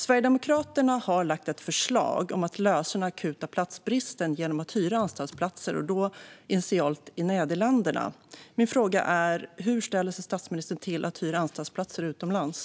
Sverigedemokraterna har lagt fram ett förslag om att lösa den akuta platsbristen genom att hyra anstaltsplatser, initialt i Nederländerna. Min fråga är: Hur ställer sig statsministern till att hyra anstaltsplatser utomlands?